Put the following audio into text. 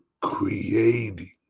creating